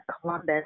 Columbus